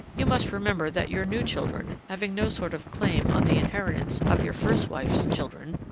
you must remember that your new children, having no sort of claim on the inheritance of your first wife's children,